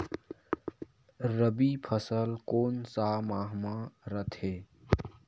रबी फसल कोन सा माह म रथे?